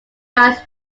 dials